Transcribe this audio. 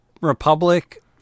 Republic